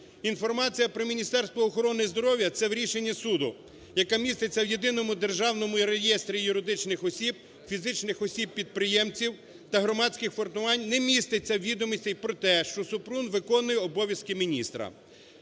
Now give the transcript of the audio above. інформації про Міністерство охорони здоров'я, це в рішенні суду, яка міститься в Єдиному державному реєстрі юридичних осіб, фізичних осіб-підприємців та громадських формувань, не міститься відомостей про те, що Супрун виконує обов'язки міністра.